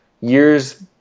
years